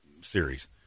series